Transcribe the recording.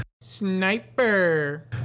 Sniper